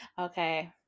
Okay